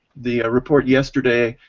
the report yesterday,